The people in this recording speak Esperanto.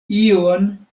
ion